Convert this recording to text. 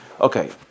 Okay